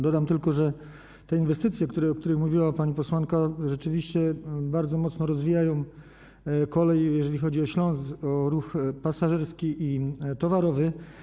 Dodam tylko, że te inwestycje, o których mówiła pani posłanka, rzeczywiście bardzo mocno rozwijają kolej, jeżeli chodzi o Śląsk, o ruch pasażerski i towarowy.